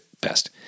best